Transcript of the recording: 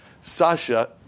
Sasha